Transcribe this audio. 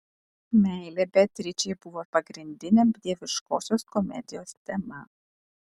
meilė beatričei buvo pagrindinė dieviškosios komedijos tema